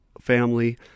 family